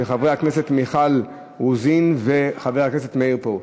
של חברת הכנסת מיכל רוזין וחבר הכנסת מאיר פרוש,